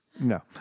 No